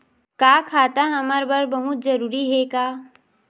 का खाता हमर बर बहुत जरूरी हे का?